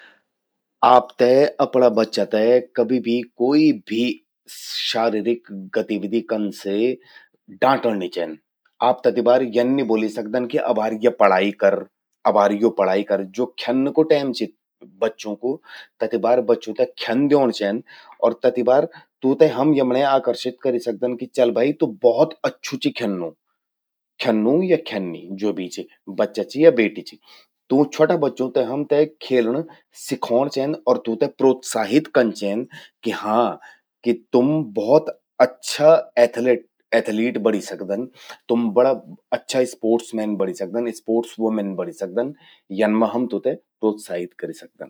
आपते अपणा बच्चा ते कभि भी कोई भी शारीरीक गतिविधि कन से डांटण नि चेंद। आप तति बार यन नि ब्वोलि सकदन कि अबार या पढ़ाई कर, अबार यो पढ़ाई कर। ज्वो ख्यन्न कु टैम चि बच्चूं कु तति बार बच्चों ते ख्यन्न द्योंण चेंद अर तति बार तूंते हम यमण्ये आकर्षित करि सकदन कि चल भई तु भौत अच्छु चि ख्यन्नूं। ख्यन्नूं या ख्यन्निं ज्वो भी चि, बच्चा चि या बेटी चि। तूं छ्वोटा बच्चूं ते हमते खलण सिखौण चेंद अर प्रोत्साहित कन चेंद कि हां तुम भौत अच्छा एथलट एथलीट बणी सकदन। तुम बड़ा अच्छा स्पोर्ट्स मैन बणि सकदन, स्पोर्ट्स वूमेन बणि सकदन। यन मां हम तूंते प्रोत्साहित करि सकदन।